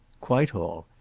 quite all.